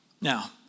Now